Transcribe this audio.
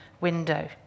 window